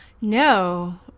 No